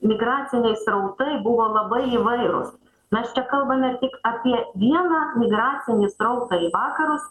migraciniai srautai buvo labai įvairūs mes čia kalbame tik apie vieną migracinį srautą į vakarus